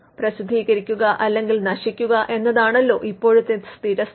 പ്രസിദ്ധീകരിക്കുക അല്ലെങ്കിൽ നശിക്കുക എന്നതാണല്ലോ ഇപ്പോഴത്തെ സ്ഥിരസ്ഥിതി